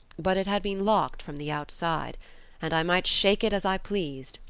but it had been locked from the outside and i might shake it as i pleased,